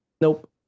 Nope